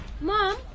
Mom